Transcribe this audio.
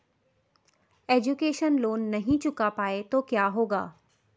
Education loan नहीं चुका पाए तो क्या होगा?